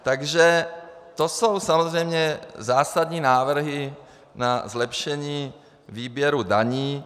Takže to jsou samozřejmě zásadní návrhy na zlepšení výběru daní.